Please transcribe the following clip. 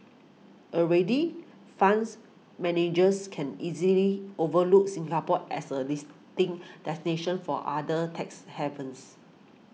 already fans managers can easily overlook Singapore as a listing destination for other tax havens